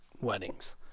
weddings